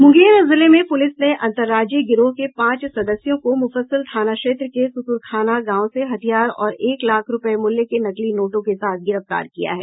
मूंगेर जिले में पूलिस ने अन्तर्राज्यीय गिरोह के पांच सदस्यों को मूफस्सिल थाना क्षेत्र के सुतुरखाना गांव से हथियार और एक लाख रूपये मूल्य के नकली नोटों के साथ गिरफ्तार किया है